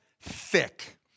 thick